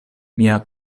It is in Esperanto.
mia